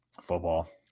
Football